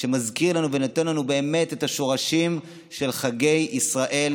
שמזכיר לנו ונותן לנו באמת את השורשים של חגי ישראל